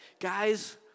guys